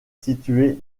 situé